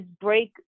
break